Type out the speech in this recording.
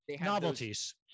Novelties